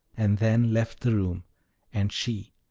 and then left the room and she,